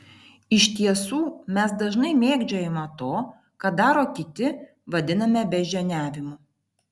iš tiesų mes dažnai mėgdžiojimą to ką daro kiti vadiname beždžioniavimu